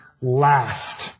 last